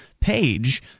page